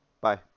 Bye